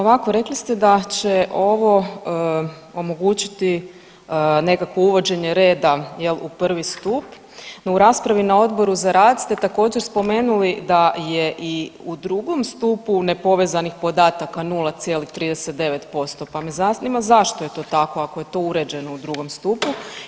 Ovako, rekli ste da će ovo omogućiti nekakvo uvođenje reda jel u prvi stup, no u raspravi na Odboru za rad ste također spomenuli da je i u drugom stupu nepovezanih podataka 0,39%, pa me zanima zašto je to tako ako je to uređeno u drugom stupu?